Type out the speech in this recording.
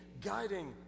guiding